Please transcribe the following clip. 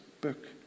book